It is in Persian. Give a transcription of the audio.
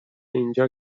اینجا